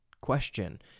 question